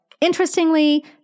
Interestingly